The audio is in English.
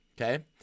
Okay